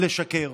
לשקר?